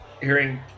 hearing